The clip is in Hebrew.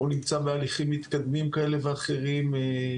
או נמצא בהליכים מתקדמים כאלה ואחרים.